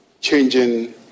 changing